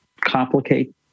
complicate